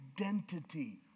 identity